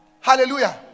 Hallelujah